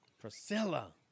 Priscilla